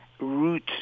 root